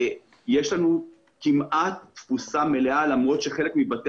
יש לנו כמעט תפוסה מלאה למרות שחלק מבתי